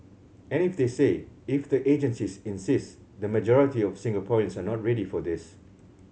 and if they say if the agencies insist the majority of Singaporeans are not ready for this